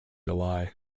july